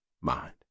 mind